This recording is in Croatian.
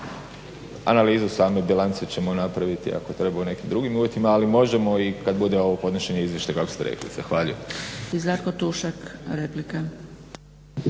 Analizu same bilance ćemo napraviti ako treba u nekim drugim uvjetima, ali možemo i kad bude ovo podnošenje izvještaja kako ste rekli.